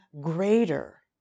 greater